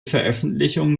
veröffentlichung